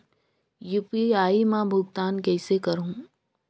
UPI मा भुगतान कइसे करहूं?